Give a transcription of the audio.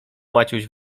maciuś